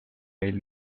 meil